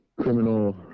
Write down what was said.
criminal